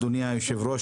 אדוני היושב-ראש,